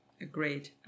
Agreed